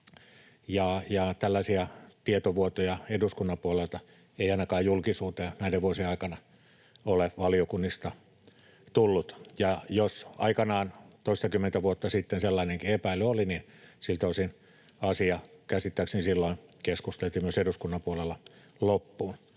tällaisia tietovuotoja eduskunnan puolelta ei ainakaan julkisuuteen näiden vuosien aikana ole valiokunnista tullut. Ja jos aikanaan, toistakymmentä vuotta sitten, sellainenkin epäily oli, niin siltä osin asia käsittääkseni silloin keskusteltiin myös eduskunnan puolella loppuun.